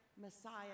Messiah